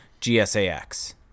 GSAX